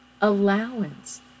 allowance